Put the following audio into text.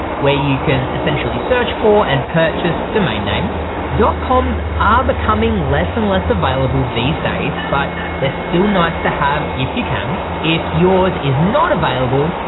where you can essentially search for and purchase domain names. coms are becoming less and less available these days, but they're still nice to have if you can, if yours is not available,